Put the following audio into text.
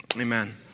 Amen